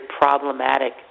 problematic